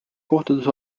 kohtades